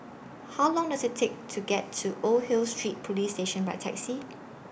How Long Does IT Take to get to Old Hill Street Police Station By Taxi